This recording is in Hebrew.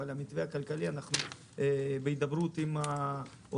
אבל בעניין המתווה הכלכלי אנחנו בהידברות עם האוצר.